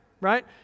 right